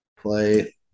Play